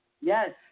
Yes